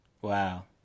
wow